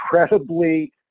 incredibly